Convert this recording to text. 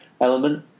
element